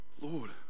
Lord